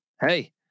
Hey